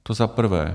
To za prvé.